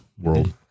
world